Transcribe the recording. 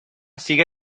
sigue